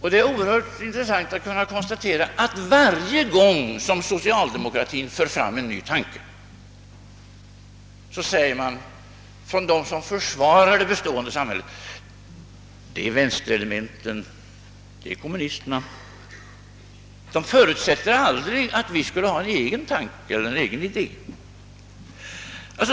Det är oerhört intressant att där kunna konstatera att varje gång som socialdemokratin för fram en ny tanke säger de som försvarar det bestående samhället, att det är från vänsterelementen och kommunisterna som tanken kommer. Man tycks förutsätta att vi socialdemokrater aldrig skulle kunna komma på en egen tanke.